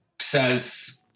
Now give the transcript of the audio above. says